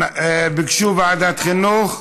ביקשו ועדת חינוך,